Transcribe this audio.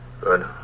Good